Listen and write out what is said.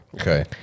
Okay